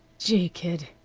gee, kid!